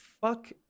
fuck